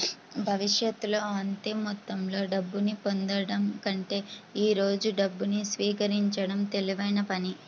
భవిష్యత్తులో అంతే మొత్తంలో డబ్బును పొందడం కంటే ఈ రోజు డబ్బును స్వీకరించడం తెలివైన పని